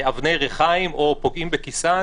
אבני ריחיים או פוגעים בכיסן